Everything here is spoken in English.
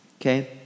okay